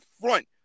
front